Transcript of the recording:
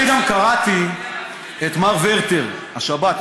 אני גם קראתי את מר ורטר, השבת.